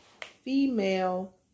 female